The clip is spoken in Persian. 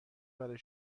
برای